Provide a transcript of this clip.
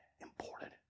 important